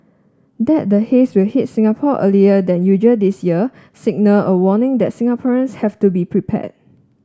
that the haze will hit Singapore earlier than usual this year signaled a warning that Singaporeans have to be prepared